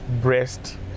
breast